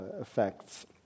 effects